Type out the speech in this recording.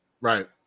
Right